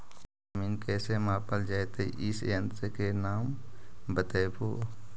जमीन कैसे मापल जयतय इस यन्त्र के नाम बतयबु?